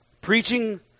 preaching